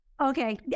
Okay